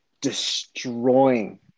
destroying